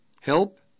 help